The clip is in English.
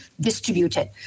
distributed